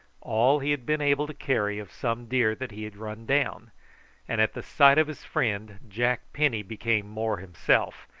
all he had been able to carry of some deer that he had run down and at the sight of his friend jack penny became more himself,